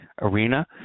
arena